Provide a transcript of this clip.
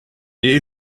die